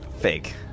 Fake